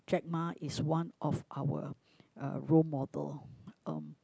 Jack-Ma is one of our uh role model um